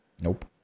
Nope